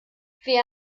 wer